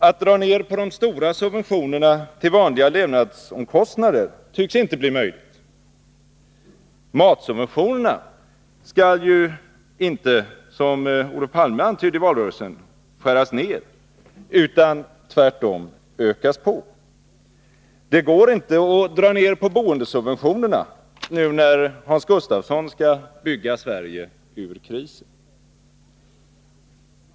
Att dra ned på de stora subventionerna till vanliga levnadsomkostnader tycks inte bli möjligt. Matsubventionerna skall ju inte, som Olof Palme antydde i valrörelsen, heller skäras ned utan tvärtom ökas. Det går inte att dra ner på boendesubventionerna, nu när Hans Gustafsson skall bygga Sverige ur krisen.